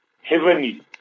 heavenly